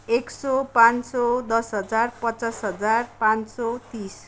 एक सौ पाँच सौ दस हजार पचास हजार पाँच सौ तिस